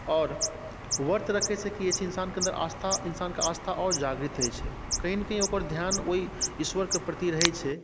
आओर व्रत रखैसँ कि होइ छै इन्सानके अन्दर आस्था इन्सानके आस्था आओर जागृत होइ छै कहीँ ने कहीँ ओकर धिआन ओहि ईश्वरके प्रति रहै छै